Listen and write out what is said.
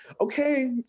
okay